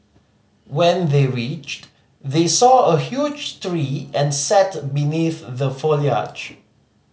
when they reached they saw a huge tree and sat beneath the foliage